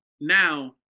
now